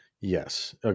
Yes